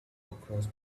across